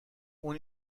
اون